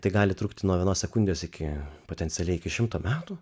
tai gali trukti nuo vienos sekundės iki potencialiai iki šimto metų